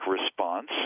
response